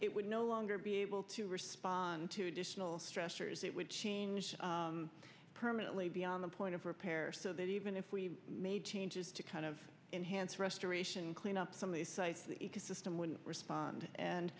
it would no longer be able to respond to additional stressors that would change permanently beyond the point of repair so that even if we made changes to kind of enhance restoration cleanup some of these sites the ecosystem wouldn't respond and